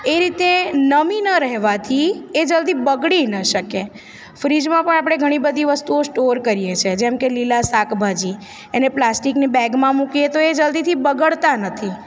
એ રીતે નમી ન રહેવાથી એ જલ્દી બગળી ન શકે ફ્રીઝમાં પણ આપળે ઘણી બધી વસ્તુઓ સ્ટોર કરીએ છીએ જેમ કે લીલા શાકભાજી એને પ્લાસ્ટિકની બેગમાં મૂકીએ તો એ જલ્દીથી બગડતા નથી